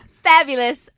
Fabulous